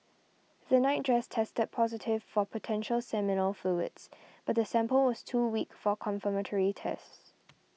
the nightdress tested positive for potential seminal fluids but the sample was too weak for confirmatory tests